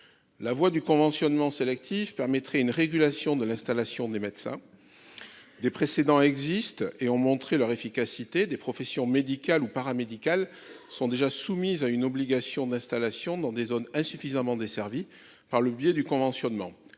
La voie du conventionnement sélectif permettrait de réguler l'installation des médecins. Des précédents existent, qui ont montré leur efficacité. Des professions médicales ou paramédicales sont déjà soumises à une obligation d'installation dans des zones insuffisamment desservies, par le biais du conventionnement,